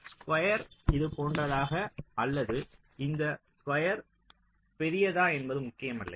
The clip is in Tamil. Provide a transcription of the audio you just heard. ஸ்குயர் இது போன்றதா அல்லது இந்த ஸ்குயர் பெரியதா என்பது முக்கியமல்ல